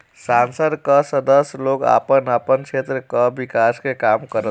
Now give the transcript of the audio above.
संसद कअ सदस्य लोग आपन आपन क्षेत्र कअ विकास के काम करत बाने